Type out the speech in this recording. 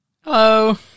Hello